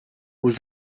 was